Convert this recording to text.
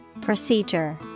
Procedure